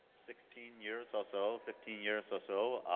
sixteen years or so, fifteen years or so.